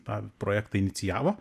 tą projektą inicijavo